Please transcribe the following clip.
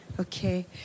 Okay